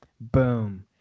Boom